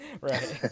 Right